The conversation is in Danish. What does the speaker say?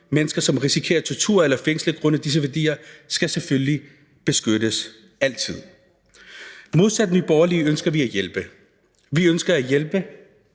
mennesker, som risikerer tortur eller fængsel på grund af disse værdier, skal selvfølgelig beskyttes, altid. Modsat Nye Borgerlige ønsker vi at hjælpe. Vi ønsker at hjælpe